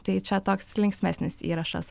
tai čia toks linksmesnis įrašas